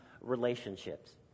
relationships